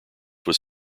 was